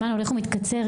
הזמן הולך ומתקצר.